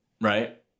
right